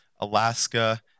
Alaska